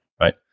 Right